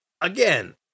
again